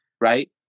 right